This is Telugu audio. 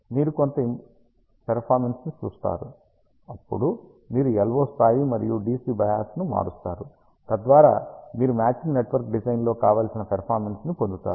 మీరు కొంత పెర్ఫార్మెన్స్ ని చూస్తారు అప్పుడు మీరు LO స్థాయి మరియు DC బయాస్ను మారుస్తారు తద్వారా మీరు మ్యాచింగ్ నెట్వర్క్ డిజైన్లో కావలసిన పెర్ఫార్మెన్స్ ని పొందుతారు